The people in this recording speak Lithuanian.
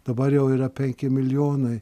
dabar jau yra penki milijonai